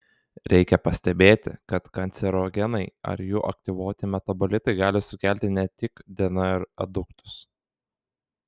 reikia pastebėti kad kancerogenai ar jų aktyvuoti metabolitai gali sukelti ne tik dnr aduktus